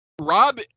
Rob